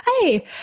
Hey